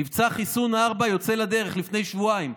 מבצע חיסון ארבע יצא לדרך לפני שבועיים.